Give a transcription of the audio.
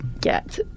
get